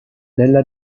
della